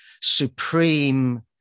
supreme